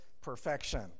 Perfection